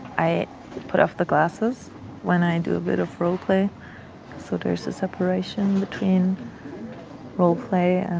i put off the glasses when i do a bit of role play so there's a separation between role play and